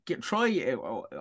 try